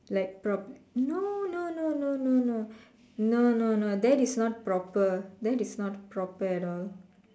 like prop no no no no no no no no no no that is not proper that is not proper at all